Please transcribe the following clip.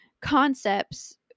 concepts